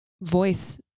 voice